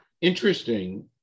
Interesting